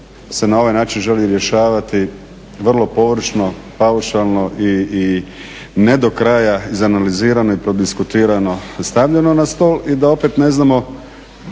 Hvala vam